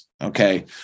okay